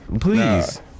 Please